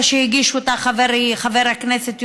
חבריי חברי הכנסת,